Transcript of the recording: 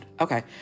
Okay